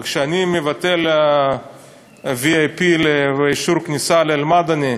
וכשאני מבטל VIP ואישור כניסה לאל-מדני,